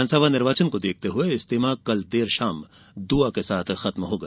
विधानसभा निर्वाचन को देखते हुए इज्तिमा कल देर शाम दुआ के साथ खत्म होगा